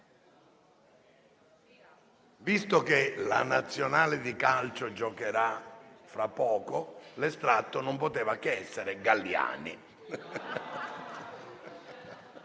Visto che la nazionale di calcio giocherà fra poco, l'estratto non poteva che essere il